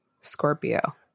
Scorpio